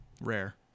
Rare